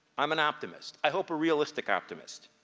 i'm an optimist. i hope a realistic optimist.